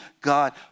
God